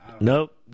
Nope